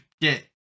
get